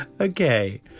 Okay